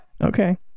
Okay